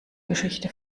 geschichte